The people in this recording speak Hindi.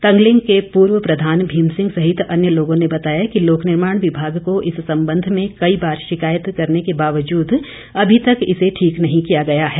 तंगलिंग के पूर्व प्रधान भीम सिंह सहित अन्य लोगों ने बताया कि लोकनिर्माण विभाग को इस सम्बंध में कई बार शिकायत करने के बावजूद अभी तक इसे ठीक नही किया गया है